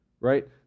right